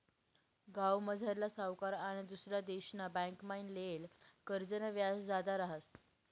गावमझारला सावकार आनी दुसरा देशना बँकमाईन लेयेल कर्जनं व्याज जादा रहास